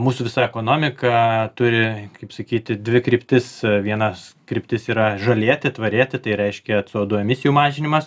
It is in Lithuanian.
mūsų visa ekonomika turi kaip sakyti dvi kryptis vienas kryptis yra žalėti tvarėti tai reiškia c o du emisijų mažinimas